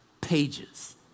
pages